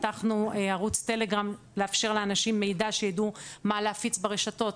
פתחנו ערוץ טלגרם לאפשר לאנשים מידע שידעו מה להפיץ ברשתות.